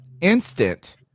instant